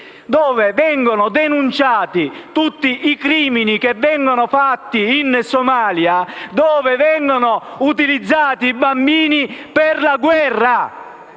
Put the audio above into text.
- in cui si denunciano tutti i crimini che vengono perpetrati in Somalia, dove vengono utilizzati i bambini per la guerra.